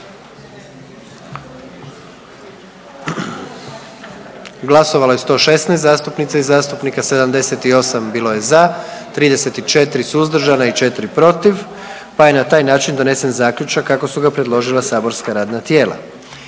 Glasovalo je 107 zastupnica i zastupnika, 81 za, 24 suzdržana i 2 protiv pa je donesen zaključak kako ga je predložilo matično radno tijelo.